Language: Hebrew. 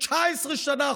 19 שנה אחורה,